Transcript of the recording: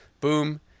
Boom